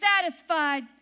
satisfied